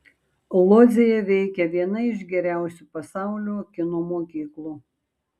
lodzėje veikia viena iš geriausių pasaulio kino mokyklų